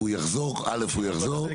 א', הוא יחזור.